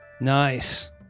Nice